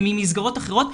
ממסגרות אחרות,